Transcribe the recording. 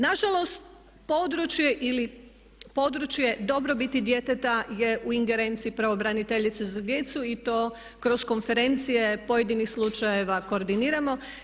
Nažalost područje ili područje dobrobiti djeteta je u ingerenciji pravobranitelje za djecu i to kroz konferencije pojedinih slučajeva koordiniramo.